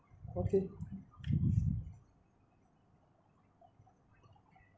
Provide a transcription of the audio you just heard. okay